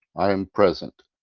i am present,